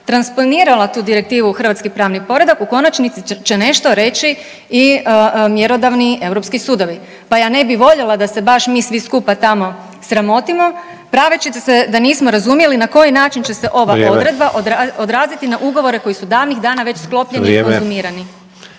transponirala tu direktivu u hrvatski pravni poredak u konačnici će nešto reći i mjerodavni europski sudovi, pa ja ne bi voljela da se baš mi svi skupa tamo sramotimo praveći se da nismo razumjeli na koji način će se ova odredba odraziti na ugovore koji su davnih dana već sklopljeni i konzumirani.